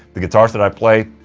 the guitars that i played,